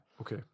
okay